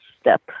step